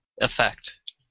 Effect